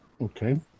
Okay